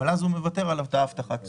אבל אז הוא מוותר על אותה הבטחת תשואה.